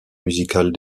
musicale